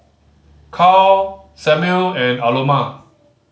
Carl Samuel and Aloma